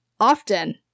often